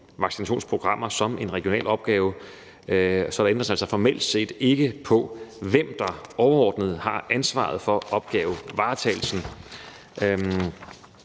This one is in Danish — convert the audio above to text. vaccinationsprogrammer som en regional opgave, så der ændres altså formelt set ikke på, hvem der overordnet har ansvaret for opgavevaretagelsen.